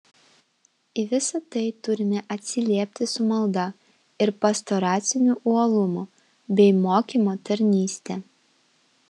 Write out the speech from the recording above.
į visa tai turime atsiliepti su malda ir pastoraciniu uolumu bei mokymo tarnyste